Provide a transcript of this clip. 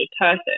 person